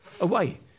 away